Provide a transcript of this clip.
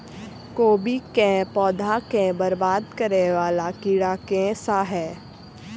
कोबी केँ पौधा केँ बरबाद करे वला कीड़ा केँ सा है?